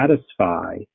satisfy